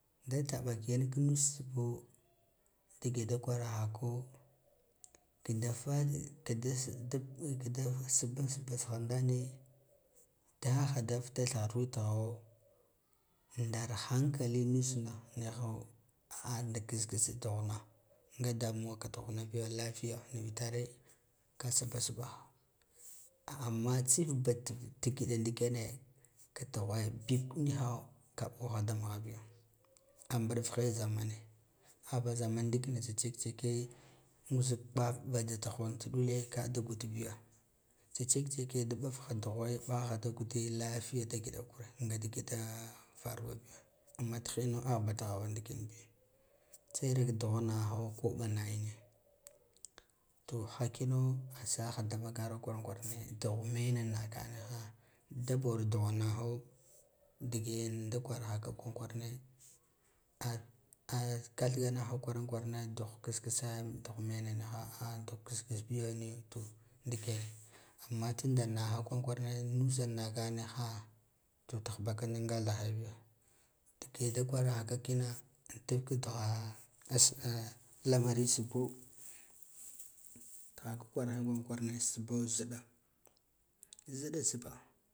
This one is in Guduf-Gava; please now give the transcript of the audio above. Da taɓa ka yauk nus sbo dage da kwarahako, kida fa kda sba dag kad sbba sba tsha ndane dahada fta thar withaho, ndar hankali nusna niho a da ksks duhna nga damuwa ka duhna biya lafiya nivitare ka sbasbaha, amma tsif ba tgiɗa ndikene ka duhure bik niha ka ɓoha da mha biyo a mbrf he zamane ahba zaman ndikina tsa checkecke nusa ɓaf ɓa da ha ta ɗule kada gud biya tsa check checke checke da ɓaf duhwe ɓaha da guda lafiya da giɗa kure nga diga da faruwa biya amma thinna ahba dahawa ndik yan biyo tseraka duhwa naho koɓa nahine to hakino saha da vakara kwaran kwarane duh mena naka niha, dabur duhu naho dag yan da kwarahako kwankwarane a kathga nah ha duh ksks duh mena niha duh ksks biyo, to ndik yane amma tunda naho kwankwanane nusa naka niha tahba kanda gathahai biya dage da kwara haka kinatab ka duhwaha as a lamari sbo thaka kwaranga kwarane sbbo gɗɗa ziɗɗa sbba.